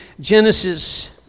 Genesis